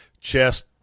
chest